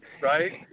Right